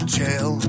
jail